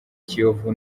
kiyovu